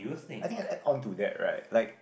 I think I add on to that right like